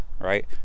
right